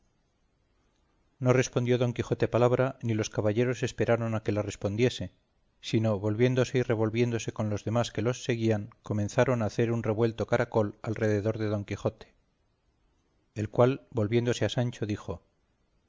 no respondió don quijote palabra ni los caballeros esperaron a que la respondiese sino volviéndose y revolviéndose con los demás que los seguían comenzaron a hacer un revuelto caracol al derredor de don quijote el cual volviéndose a sancho dijo